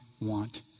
want